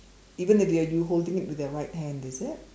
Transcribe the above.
even if you are you holding it with your right hand is it